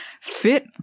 fit